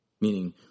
Meaning